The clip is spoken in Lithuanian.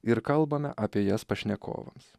ir kalbame apie jas pašnekovams